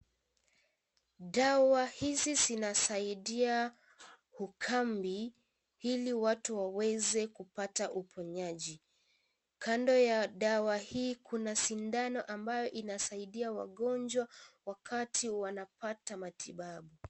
Dawa hizi zinasaidia ukamili ili watu waweze kupata uponyaji. Kando ya dawa hii kuna sindano ambayo inasaidia wagonjwa wakati wanapata matibabu.